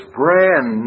brand